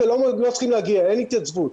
לא צריכים להגיע, אין התייצבות.